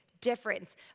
difference